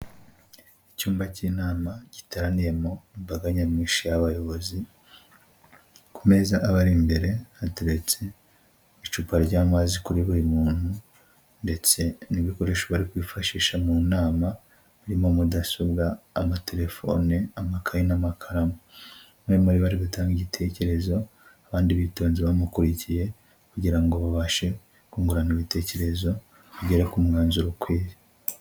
Icyumba cy'inama giteraniyemo imbaga nyamwinshi y'abayobozi, ku meza abari imbere hatereretse icupa ry'amazi kuri buri muntu ndetse n'ibikoresho bari kwifashisha mu nama harimo mudasobwa, amatelefone, amakaye n'amakaramu. Umwe muri bo ari gutanga igitekerezo abandi bitonze bamukurikiye, kugira ngo babashe kungurana ibitekerezo, bagere ku mwanzuro ukwiye.